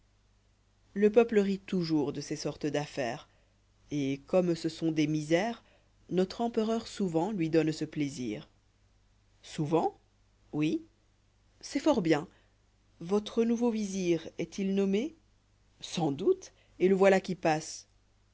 le peuple rit toujours de ces sortes d'affaires et comme ce sont des misères notre empereur souvent lui donne ce plaisiri souvent oui rc'est fort bien votre nouveau visir est-il nommé sans doute et le voilà qui passe